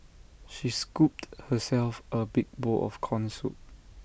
she scooped herself A big bowl of Corn Soup